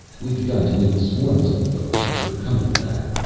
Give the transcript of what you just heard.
we begun to meet swarms of folks who were coming back.